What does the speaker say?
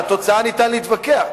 על התוצאה ניתן להתווכח.